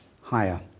higher